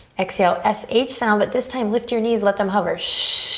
exhale s h sound but this time lift your knees, let them hover.